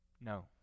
no